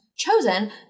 chosen